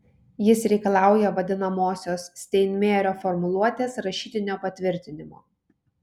jis reikalauja vadinamosios steinmeierio formuluotės rašytinio patvirtinimo